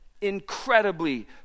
incredibly